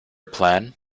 plan